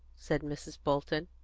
said mrs. bolton.